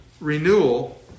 renewal